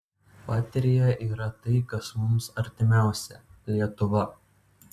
patria yra tai kas mums artimiausia lietuva